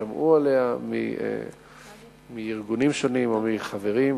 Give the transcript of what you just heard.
הם שמעו מארגונים שונים או מחברים וכו'.